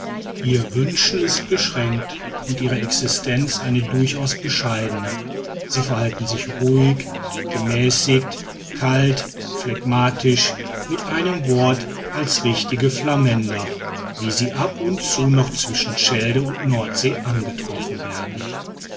ihr wünschen ist beschränkt und ihre existenz eine durchaus bescheidene sie verhalten sich ruhig gemäßigt kalt phlegmatisch mit einem wort als richtige flamänder wie sie ab und zu noch zwischen schelde und nordsee angetroffen werden